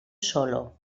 solo